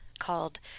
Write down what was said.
called